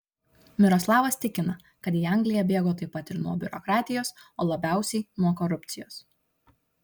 miroslavas tikina kad į angliją bėgo taip pat ir nuo biurokratijos o labiausiai nuo korupcijos